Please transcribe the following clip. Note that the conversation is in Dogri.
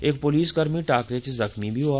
इक पोलीसकर्मी टाकरे च ज़ख्मी बी होआ